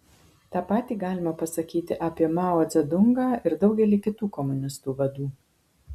tą patį galima pasakyti apie mao dzedungą ir daugelį kitų komunistų vadų